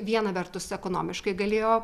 viena vertus ekonomiškai galėjo